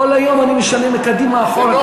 כל היום אני משנה: מקדימה אחורה,